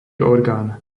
orgán